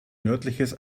nördliches